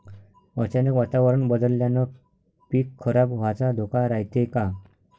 अचानक वातावरण बदलल्यानं पीक खराब व्हाचा धोका रायते का?